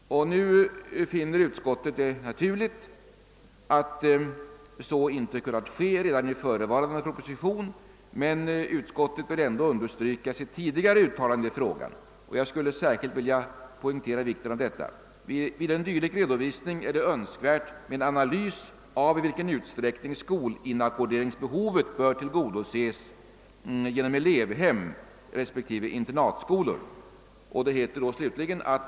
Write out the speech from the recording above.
Utskottet finner det naturligt att så inte kunnat ske redan i förevarande proposition men vill ändå understryka sitt tidigare uttalande i frågan.» Jag skulle särskilt vilja poängtera vikten av detta. »Vid en dylik redovisning>, fortsätter utskottet, >är det önskvärt med en analys av i vilken utsträckning skolinackorderingsbehovet bör tillgodoses genom elevhem respektive internatskolor.